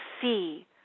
see